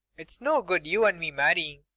it's no good you and me marrying.